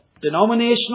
denominational